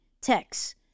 text